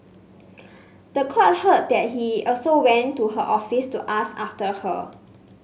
the court heard that he also went to her office to ask after her